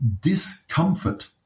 Discomfort